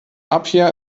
apia